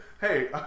Hey